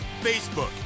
facebook